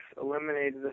eliminated